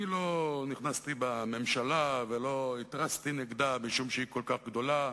אני לא נכנסתי בממשלה ולא התרסתי נגדה משום שהיא כל כך גדולה,